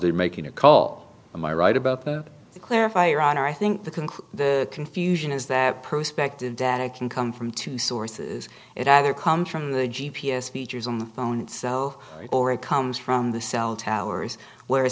they're making a call to my right about the clarify your honor i think the conclude the confusion is that prospective data can come from two sources it either comes from the g p s features on the phone itself or it comes from the cell towers where